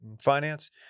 finance